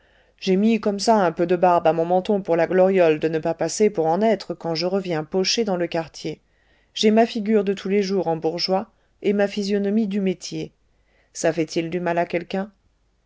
j'ai mis comme ça un peu de barbe à mon menton pour la gloriole de ne pas passer pour en être quand je reviens pocher dans le quartier j'ai ma figure de tous les jours en bourgeois et ma physionomie du métier ça fait-il du mal à quelqu'un